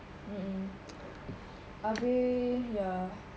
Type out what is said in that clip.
mmhmm abeh ya